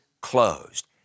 closed